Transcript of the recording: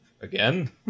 Again